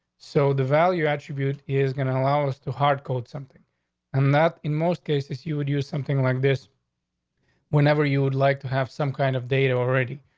so the value attribute is going to allow us to hard code something and that in most cases you would use something like this whenever you would like to have some kind of data already.